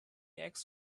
eggs